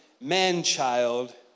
man-child